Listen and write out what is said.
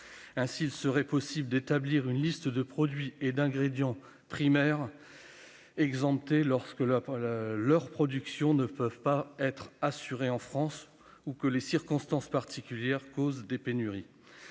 Ainsi, il serait possible d'établir une liste de produits et d'ingrédients primaires exemptés, lorsque leur production ne peut être assurée en France ou que des circonstances particulières causent des pénuries.